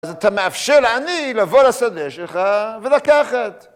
אז אתה מאפשר לעני לבוא לסדר שלך ולקחת.